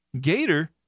Gator